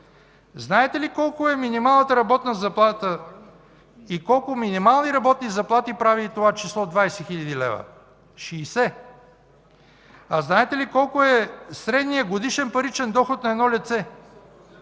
Знаете ли колко е минималната работна заплата и колко минимални работни заплати прави това число 20 хил. лв.? – 60. А знаете ли колко е средният годишен паричен доход на едно лице?